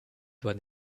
doit